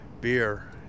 beer